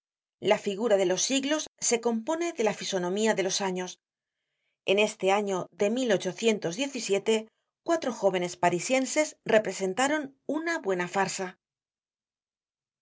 la figura de los siglos se compone de la fisonomía de los años en este año de cuatro jóvenes parisienses representaron una buena farsa